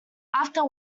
after